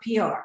PR